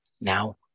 Now